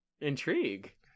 intrigue